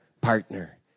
partner